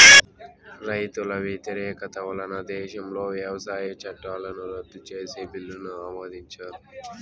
రైతుల వ్యతిరేకత వలన దేశంలో వ్యవసాయ చట్టాలను రద్దు చేసే బిల్లును ఆమోదించారు